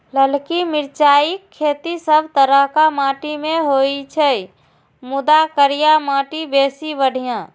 ललकी मिरचाइक खेती सब तरहक माटि मे होइ छै, मुदा करिया माटि बेसी बढ़िया